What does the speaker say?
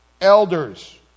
Elders